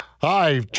Hi